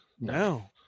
No